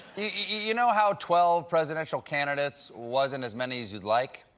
you know how twelve presidential candidates wasn't as many as you'd like?